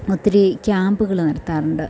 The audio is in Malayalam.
ക്യാമ്പുകൾ നടത്താറുണ്ട്